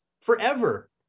forever